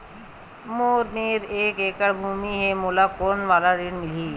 मोर मेर एक एकड़ भुमि हे मोला कोन वाला ऋण मिलही?